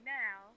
now